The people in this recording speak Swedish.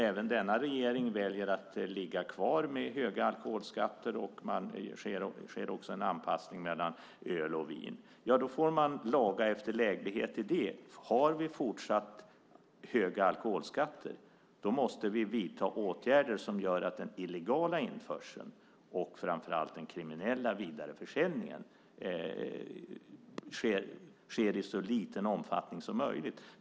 Även denna regering väljer att ligga kvar med höga alkoholskatter, och det sker också en anpassning mellan skatterna på öl och vin. Man får laga efter läglighet i det. Har vi fortsatt höga alkoholskatter måste vi vidta åtgärder som gör att den illegala införseln och framför allt den kriminella vidareförsäljningen sker i så liten omfattning som möjligt.